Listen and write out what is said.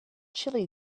chili